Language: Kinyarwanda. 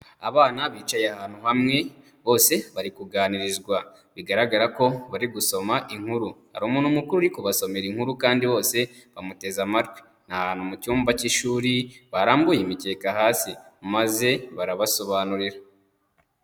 Abana bicaye ahantu hamwe bose bari kuganirizwa bigaragara ko bari gusoma inkuru, hari umuntu mukuru uri kubasomera inkuru kandi bose bamuteze amatwi, ni ahantu mu cyumba cy'ishuri barambuye imikeka hasi maze barabasobanurira.